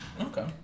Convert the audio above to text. Okay